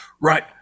right